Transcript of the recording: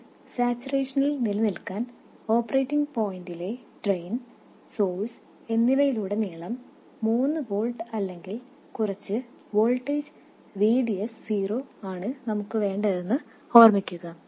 ഇത് സാച്ചുറേഷനിൽ നിലനിൽക്കാൻ ഓപ്പറേറ്റിംഗ് പോയിന്റിലെ ഡ്രെയിൻ സോഴ്സ് എന്നിവയിലുടനീളം 3 വോൾട്ട് അല്ലെങ്കിൽ കുറച്ച് വോൾട്ടേജ് VDS0 ആണ് നമുക്ക് വേണ്ടതെന്ന് ഓർമ്മിക്കുക